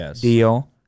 deal